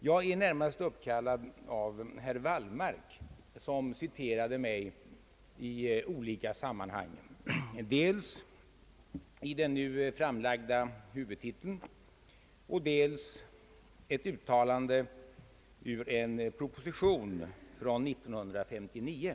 Jag är närmast uppkallad av herr Wallmark, som citerat mig i olika sammanhang, nämligen dels i den nu framlagda huvudtiteln, dels i ett uttalande ur en proposition från år 1959.